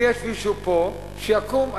אם יש מישהו פה, שיקום.